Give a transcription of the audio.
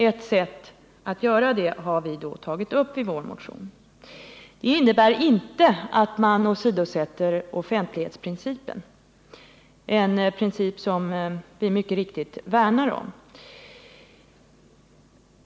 Ett sätt att göra det har vi tagit upp i vår motion. Det innebär inte att man åsidosätter offentlighetsprincipen, en princip som vi mycket riktigt värnar om.